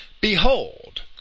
Behold